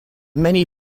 many